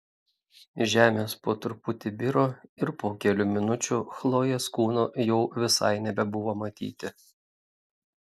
žemės po truputį biro ir po kelių minučių chlojės kūno jau visai nebebuvo matyti